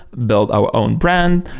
build our own brand.